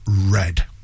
red